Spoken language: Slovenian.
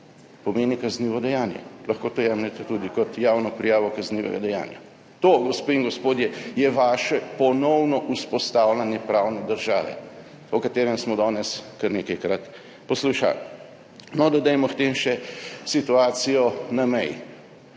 pomeni kaznivo dejanje. Lahko to jemljete tudi kot javno prijavo kaznivega dejanja. To, gospe in gospodje, je vaše ponovno vzpostavljanje pravne države, o katerem smo danes kar nekajkrat poslušali. No dodajmo k temu še situacijo na meji.